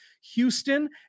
Houston